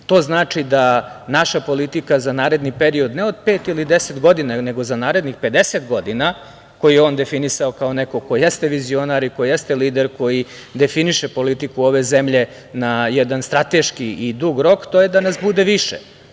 To znači da naša politika za naredni period, ne, od pet ili 10 godina, nego za narednih 50 godina koje je on definisao, kao neko ko jeste vizionar, koji jeste lider, koji definiše politiku ove zemlje na jedan strateški i dug rok to je da nas bude više.